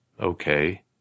Okay